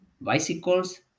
bicycles